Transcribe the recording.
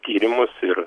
tyrimus ir